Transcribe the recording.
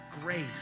grace